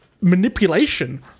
manipulation